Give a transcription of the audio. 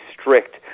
strict